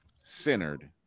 centered